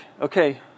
okay